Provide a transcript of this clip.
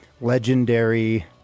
legendary